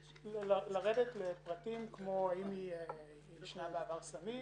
לרדת לפרטים כמו האם היא עישנה בעבר סמים